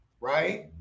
right